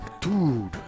Dude